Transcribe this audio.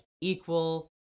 equal